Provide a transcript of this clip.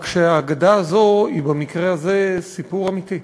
רק שהאגדה הזו במקרה הזה היא סיפור אמיתי.